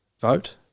vote